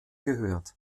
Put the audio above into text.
gehört